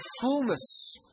fullness